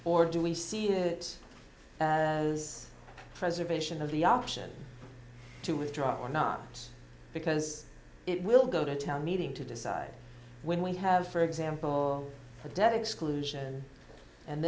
or do we see it as a preservation of the option to withdraw or not because it will go to a town meeting to decide when we have for example a debt exclusion and